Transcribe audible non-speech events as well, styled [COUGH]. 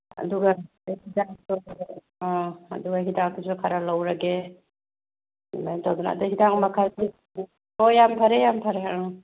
ꯑꯗꯨꯒ [UNINTELLIGIBLE] ꯑꯥ ꯑꯗꯨꯒ ꯍꯤꯗꯥꯛꯇꯨꯁꯨ ꯈꯔ ꯂꯧꯔꯒꯦ ꯑꯗꯨꯃꯥꯏꯅ ꯇꯧꯗꯅ ꯑꯗꯣ ꯍꯤꯗꯥꯛ ꯃꯈꯜ ꯍꯣ ꯌꯥꯝ ꯐꯔꯦ ꯌꯥꯝ ꯐꯔꯦ ꯑ